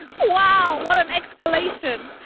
wow what an escalation